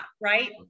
right